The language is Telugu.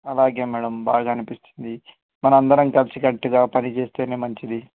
అలాగే మేడమ్ బాగా అనిపిస్తుంది మనందరం కలిసికట్టుగా పని చేేస్తేనే మంచిది